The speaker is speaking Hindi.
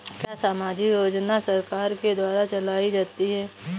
क्या सामाजिक योजना सरकार के द्वारा चलाई जाती है?